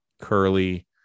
curly